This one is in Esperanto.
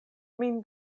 min